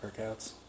workouts